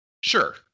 Sure